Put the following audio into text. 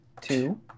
two